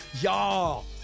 y'all